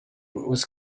was